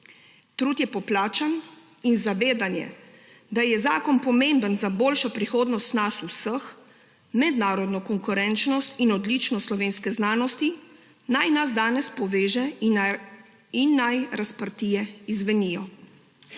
Trud je poplačan in zavedanje, da je zakon pomemben za boljšo prihodnost nas vseh, mednarodno konkurenčnost in odličnost slovenske znanosti, naj nas danes poveže in naj razprtije izzvenijo.